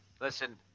Listen